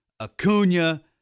Acuna